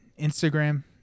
Instagram